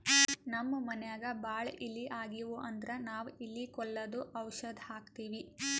ನಮ್ಮ್ ಮನ್ಯಾಗ್ ಭಾಳ್ ಇಲಿ ಆಗಿವು ಅಂದ್ರ ನಾವ್ ಇಲಿ ಕೊಲ್ಲದು ಔಷಧ್ ಹಾಕ್ತಿವಿ